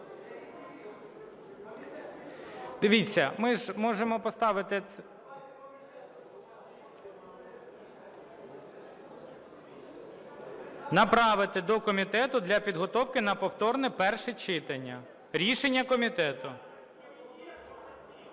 Дивіться, ми ж можемо поставити це... (Шум в залі) Направити до комітету для підготовки на повторне перше читання – рішення комітету.